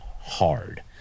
hard